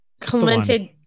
Commented